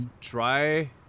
try